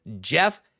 Jeff